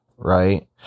right